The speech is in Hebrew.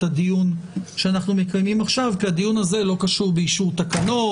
הדיון שאנחנו מקיימים עכשיו כי הדיון הזה לא קשור באישור תקנות,